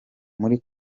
muri